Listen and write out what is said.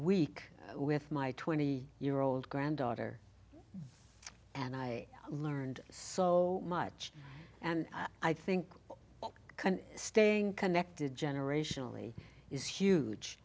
week with my twenty year old granddaughter and i learned so much and i think staying connected generationally is huge